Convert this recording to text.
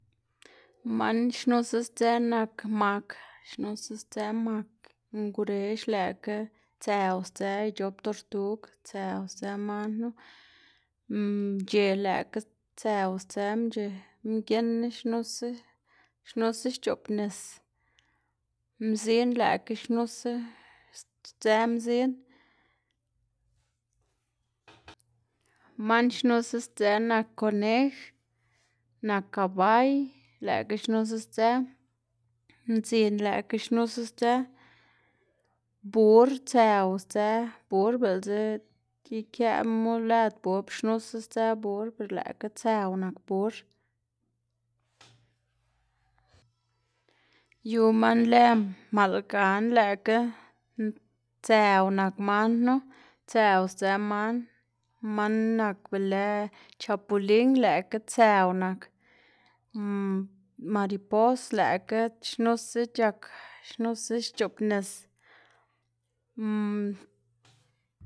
Man xnusa sdzë nak mak xnusa sdzë mak, ngwrex lëꞌkga tsëw sdzë ic̲h̲op tortug, tsëw sdzë man knu mc̲h̲e lëꞌkga tsëw sdzë mc̲h̲e, mginna xnusa xnusa xc̲h̲oꞌbnis, mzin lëꞌkga xnusa sdzë mzin man xnusa sdzë nak konej, nak kabay lëꞌkga xnusa sdzë, mdzin lëꞌkga xnusa sdzë, bur tsëw sdzë bur biꞌltsa ikëꞌmu lëd bur xnusa sdzë bur ber lëꞌkga tsëw nak bur. yu man lë maꞌlgan lëꞌkga tsëw nak man knu, tsëw sdzë man, man nak be lë chapulin lëꞌkga tsëw nak m- maripos lëꞌkga xnusa c̲h̲ak xnusa xc̲h̲oꞌbnis.